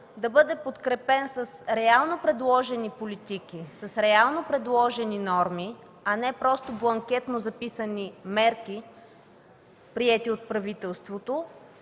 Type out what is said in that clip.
да бъде подкрепен с реално предложени политики, с реално предложени норми, а не просто бланкетно записани мерки, приети от правителството,